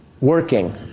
working